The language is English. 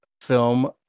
film